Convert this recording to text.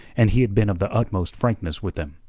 and he had been of the utmost frankness with them.